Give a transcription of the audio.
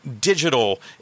digital